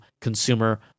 consumer